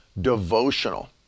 devotional